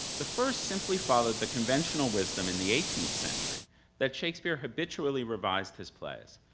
the first simply followed the conventional wisdom in the eighteenth century that shakespeare habitually revised his plays,